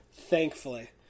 thankfully